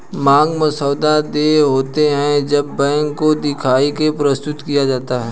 मांग मसौदा देय होते हैं जब बैंक को दिखा के प्रस्तुत किया जाता है